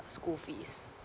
school fees